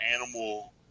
animal